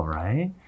right